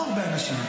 לא הרבה אנשים,